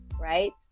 right